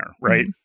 right